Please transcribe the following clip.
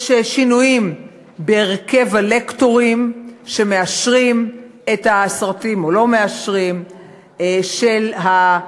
יש שינויים בהרכב הלקטורים שמאשרים או לא מאשרים את הסרטים,